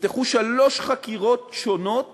נפתחו שלוש חקירות שונות